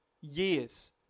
years